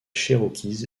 cherokees